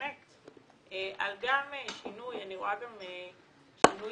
אני רואה גם שינוי